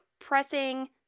pressing